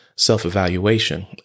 self-evaluation